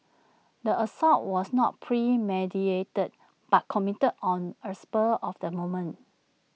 the assault was not premeditated but committed on A spur of the moment